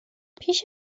پیش